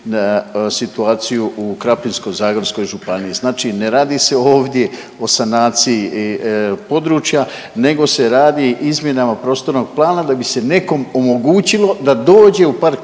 situaciju u Krapinsko-zagorskoj županiji. Znači ne radi se ovdje o sanaciji područja nego se radi o izmjenama prostornog plana da bi se nekom omogućilo da dođe u park